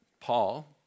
Paul